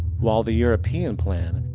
while the european plan.